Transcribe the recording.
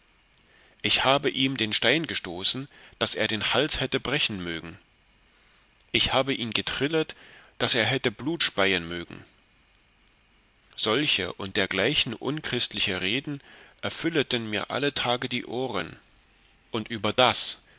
ich habe ihm den stein gestoßen daß er den hals hätte brechen mögen ich habe ihn getrillet daß er hätte blut speien mögen solche und dergeichen unchristliche reden erfülleten mir alle tage die ohren und überdas so